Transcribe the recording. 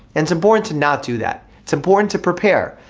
and it's important to not do that, it's important to prepare.